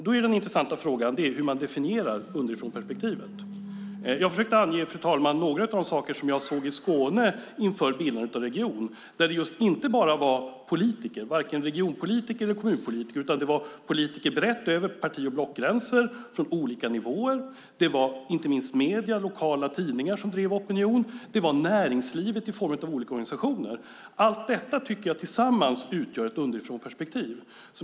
Då är den intressanta frågan hur man definierar underifrånperspektivet. Jag försökte ange, fru talman, några av de saker som jag såg i Skåne inför bildandet av regionen. Där var det inte bara regionpolitiker eller kommunpolitiker, utan det var politiker brett över parti och blockgränser från olika nivåer. Det var inte minst medier, lokala tidningar som drev opinion. Det var näringslivet i form av olika organisationer. Allt detta tillsammans tycker jag utgör ett underifrånperspektiv.